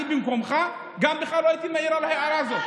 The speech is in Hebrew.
אני במקומך בכלל לא הייתי מעיר את ההערה הזאת.